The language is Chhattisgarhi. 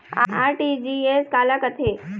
आर.टी.जी.एस काला कथें?